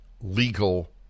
legal